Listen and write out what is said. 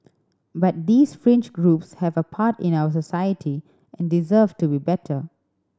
but these fringe groups have a part in our society and deserve to be better